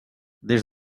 des